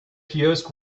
kiosk